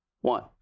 one